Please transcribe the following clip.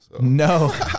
No